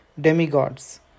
demigods